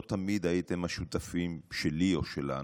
לא תמיד הייתם שותפים שלי או שלנו.